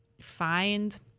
find